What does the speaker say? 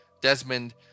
Desmond